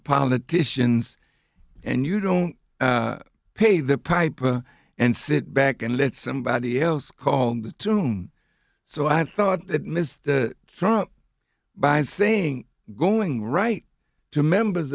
politicians and you don't pay the piper and sit back and let somebody else call the tune so i thought it missed the front by saying going right to members